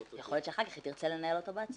יכול להיות שאחר כך היא תרצה לנהל אותו בעצמה.